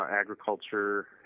agriculture